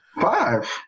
Five